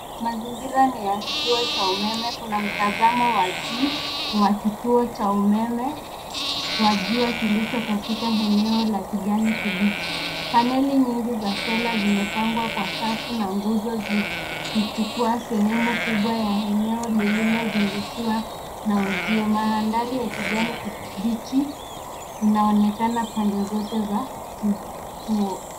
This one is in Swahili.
Mazingira ni ya kituo cha umeme. Kuna mtazamo wa juu wa kituo cha umeme wa jua kilicho katika eneo la kijani kibichi. Paneli nyingi za sola zimepangwa kwa safu na nguzo zikichukua sehemu kubwa la eneo iliyozungushiwa na uzio. Mandhari ya kijani kibichi inaonekana pande zote za kituo.